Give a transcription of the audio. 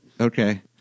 Okay